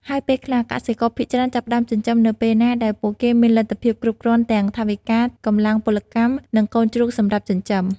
ហើយពេលខ្លះ កសិករភាគច្រើនចាប់ផ្ដើមចិញ្ចឹមនៅពេលណាដែលពួកគេមានលទ្ធភាពគ្រប់គ្រាន់ទាំងថវិកា កម្លាំងពលកម្ម និងកូនជ្រូកសម្រាប់ចិញ្ចឹម។